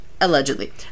Allegedly